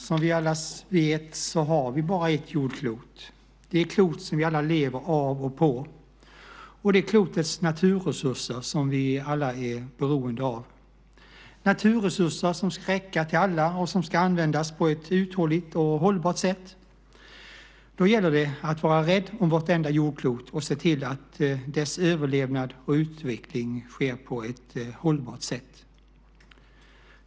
Fru talman! Som vi alla vet har vi bara ett jordklot, det klot som vi alla lever av och på, och det klotets naturresurser är vi beroende av. Det är naturresurser som ska räcka till alla och som ska användas på ett uthålligt och hållbart sätt. Då gäller det att vara rädd om vårt enda jordklot och se till att dess överlevnad och utveckling sker på ett hållbart sätt.